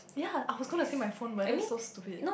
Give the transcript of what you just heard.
ya I was gonna say my phone but that's so stupid